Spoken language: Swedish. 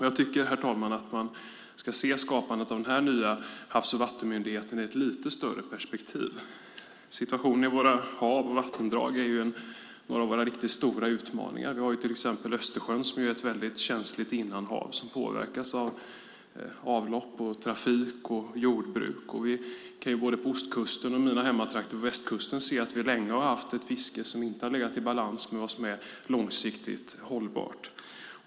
Jag tycker, herr talman, att man ska se skapandet av den nya havs och vattenmyndigheten i ett lite större perspektiv. Situationen i våra hav och vattendrag är en av våra riktigt stora utmaningar. Vi har till exempel Östersjön, som är ett väldigt känsligt innanhav som påverkas av avlopp, trafik och jordbruk. Vi kan både på ostkusten och i mina hemtrakter på västkusten se att vi länge har haft ett fiske som inte har legat i balans med vad som är långsiktigt hållbart.